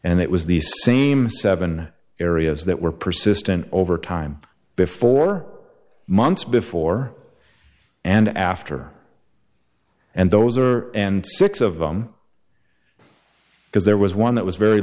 and it was the same seven areas that were persistent over time before months before and after and those are and six of them because there was one that was very